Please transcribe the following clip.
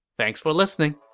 thanks for listening!